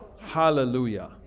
Hallelujah